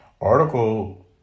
article